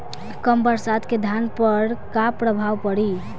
कम बरसात के धान पर का प्रभाव पड़ी?